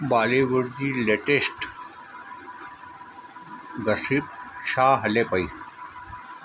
बॉलीवुड जी latest gossip छा हले पई